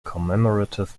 commemorative